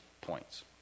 points